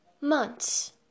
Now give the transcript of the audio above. Months